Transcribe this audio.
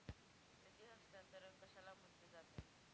निधी हस्तांतरण कशाला म्हटले जाते?